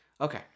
Okay